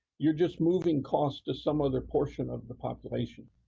you're just moving costs to some other portion of the population